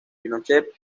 pinochet